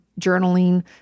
journaling